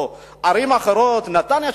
או ערים אחרות: נתניה,